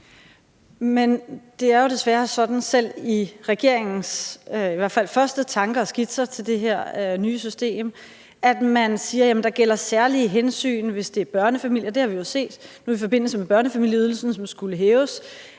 Men det er jo desværre sådan – selv i regeringens i hvert fald første tanker og skitser til det her nye system – at man siger, at der gælder særlige hensyn, hvis det er børnefamilier. Det har vi jo set nu i forbindelse med børnefamilieydelsen, som skulle hæves,